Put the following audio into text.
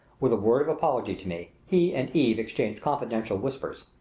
with a word of apology to me, he and eve exchanged confidential whispers.